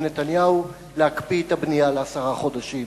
נתניהו להקפיא את הבנייה לעשרה חודשים.